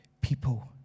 people